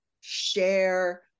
share